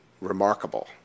remarkable